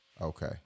Okay